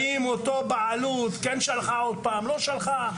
האם אותה בעלות כן שלחה או לא שלחה,